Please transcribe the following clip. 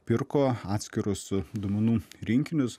pirko atskirus duomenų rinkinius